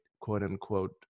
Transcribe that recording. quote-unquote